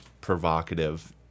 provocative